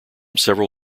several